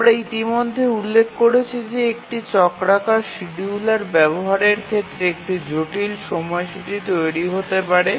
আমরা ইতিমধ্যে উল্লেখ করেছি যে একটি চক্রাকার শিডিয়ুলার ব্যবহারের ক্ষেত্রে একটি জটিল সময়সূচী তৈরি হতে পারে